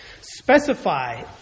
specify